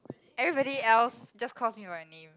everybody else just calls me my name